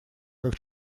как